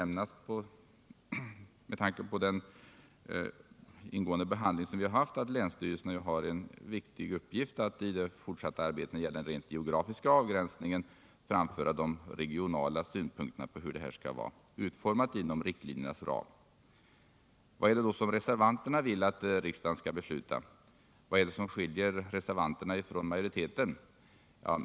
Med tanke på den ingående behandling vi haft kan det nämnas att länsstyrelserna har en viktig uppgift att i det fortsatta arbetet när det gäller den rent geografiska avgränsningen framföra de regionala synpunkterna på hur utformningen skall ske inom riktlinjernas ram. Vad är det då reservanterna vill att riksdagen skall besluta? Vad är det som skiljer reservanterna från majoriteten?